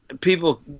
people